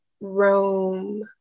Rome